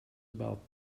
about